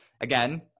again